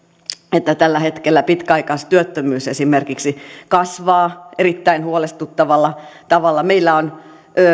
että tällä hetkellä pitkäaikaistyöttömyys esimerkiksi kasvaa erittäin huolestuttavalla tavalla meillä on